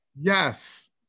Yes